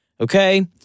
Okay